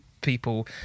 people